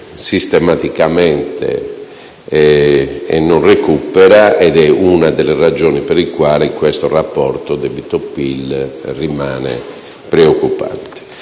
scende sistematicamente, non recupera, ed è una delle ragioni per le quali il rapporto debito-PIL rimane preoccupante.